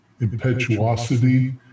impetuosity